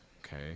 okay